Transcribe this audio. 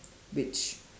which